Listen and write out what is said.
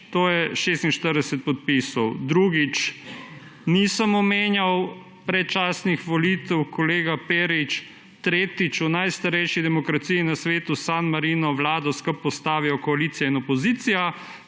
to je 46 podpisov. Drugič, nisem omenjal predčasnih volitev, kolega Perič. Tretjič, v najstarejši demokraciji na svetu, San Marino, vlado skupaj postavita koalicija in opozicija.